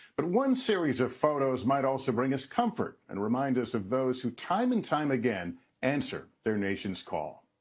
but one series of photos might also bring us comfort and remind us of those who time and time again answer their nation's call.